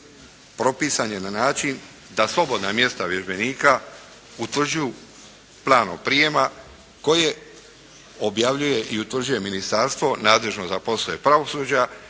propisan je na način da slobodna mjesta vježbenika utvrđuju planom prijema koje objavljuje i utvrđuje Ministarstvo nadležno za poslove pravosuđa